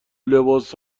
لباس